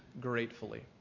gratefully